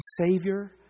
Savior